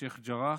שייח' ג'ראח,